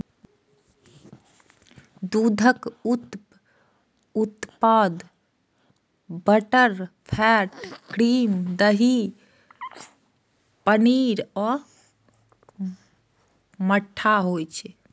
दूधक उप उत्पाद बटरफैट, क्रीम, दही, पनीर आ मट्ठा होइ छै